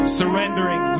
surrendering